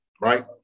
right